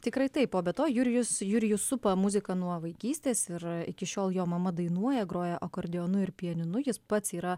tikrai taip o be to jurijus jurijų supa muzika nuo vaikystės ir iki šiol jo mama dainuoja groja akordeonu ir pianinu jis pats yra